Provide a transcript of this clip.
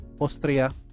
Austria